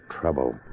trouble